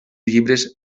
llibres